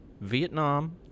Vietnam